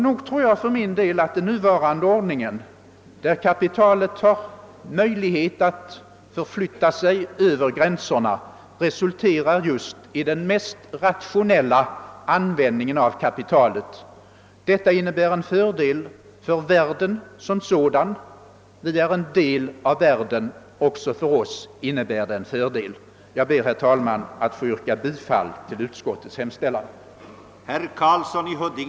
Nog tror jag för min del att den nuvarande ordningen där kapitalet har möjlighet att förflytta sig över gränserna resulterar just i den mest rationella användningen av kapitalet. Detta innebär en fördel för världen som sådan och därmed också för oss själva. Jag ber, herr talman, att få yrka bifall till utskottets hemställan.